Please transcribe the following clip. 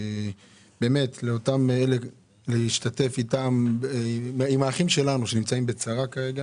באמת להשתתף עם האחים שלנו שנמצאים בצרה כרגע